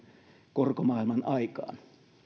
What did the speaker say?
korkomaailman aikaan